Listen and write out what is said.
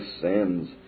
sins